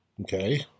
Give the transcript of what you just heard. Okay